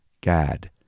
Gad